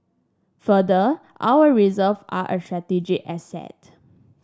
further our reserve are a strategic asset